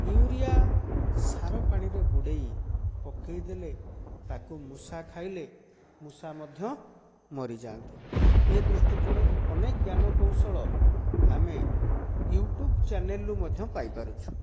urea ସାର ପାଣିରେ ବୁଡ଼ାଇ ପକାଇ ଦେଲେ ତାକୁ ମୂଷା ଖାଇଲେ ମୂଷା ମଧ୍ୟ ମରିଯାଆନ୍ତି ଏ ଦୃଷ୍ଟିକୋଣରୁ ଅନେକ ଜ୍ଞାନକୌଶଳ ଆମେ ୟୁଟ୍ୟୁବ୍ ଚ୍ୟାନେଲରୁ ମଧ୍ୟ ପାଇପାରୁଛୁ